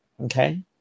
Okay